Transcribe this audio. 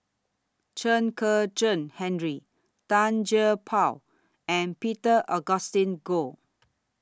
Chen Kezhan Henri Tan Gee Paw and Peter Augustine Goh